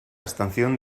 estación